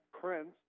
Prince